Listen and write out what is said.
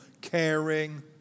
caring